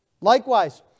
Likewise